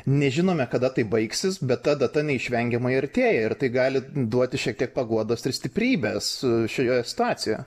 nežinome kada tai baigsis bet ta data neišvengiamai artėja ir tai gali duoti šiek tiek paguodos ir stiprybės šioje situacijoje